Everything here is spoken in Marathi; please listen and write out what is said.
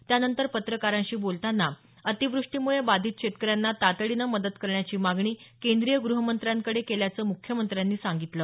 त्यानंतर पत्रकारांशी बोलताना अतिवृष्टीमुळे बाधित शेतकऱ्यांना तातडीनं मदत करण्याची मागणी केंद्रीय ग्रहमंत्र्यांकडे केल्याचं मुख्यमंत्र्यांनी सांगितलं